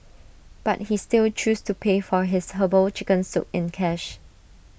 but he still chose to pay for his Herbal Chicken Soup in cash